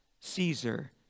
Caesar